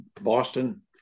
boston